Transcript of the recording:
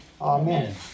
Amen